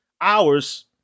hours